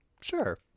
Sure